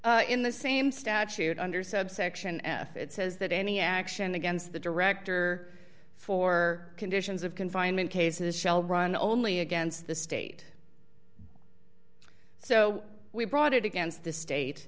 state in the same statute under subsection f it says that any action against the director for conditions of confinement cases shell run only against the state so we brought it against the state